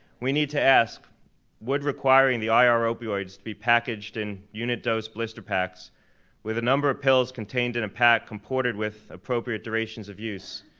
we need to ask would requiring the ah ir opioids to be packaged in unit-dosed blister packs with a number of pills contained in a pack comported with appropriate durations of use,